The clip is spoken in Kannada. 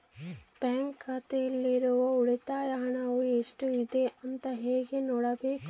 ಬ್ಯಾಂಕ್ ಖಾತೆಯಲ್ಲಿರುವ ಉಳಿತಾಯ ಹಣವು ಎಷ್ಟುಇದೆ ಅಂತ ಹೇಗೆ ನೋಡಬೇಕು?